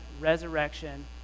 resurrection